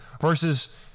versus